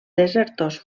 desertors